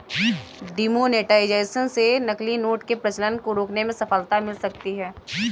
demonetisation से नकली note के प्रचलन को रोकने में सफलता मिल सकती है